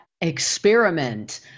experiment